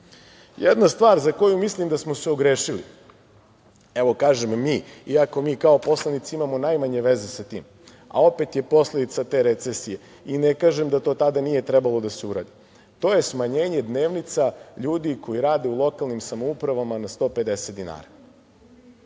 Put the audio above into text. sebe. Jedna stvar za koju mislim da smo se ogrešili. Evo, kažem mi, iako mi kao poslanici imamo najmanje veze sa tim, a opet je posledica te recesije i ne kažem da to tada nije trebalo da se uradi, to je smanjenje dnevnica ljudi koji rade u lokalnim samoupravama na 150 dinara.